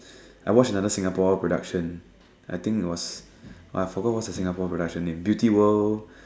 I watched another Singapore production I think it was I forgot what's the Singapore production name beauty world